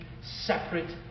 separate